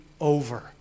over